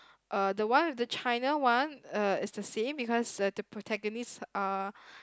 uh the one the China one uh is the same because the protaganist are